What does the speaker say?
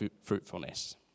fruitfulness